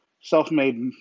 self-made